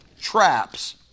traps